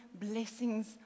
blessings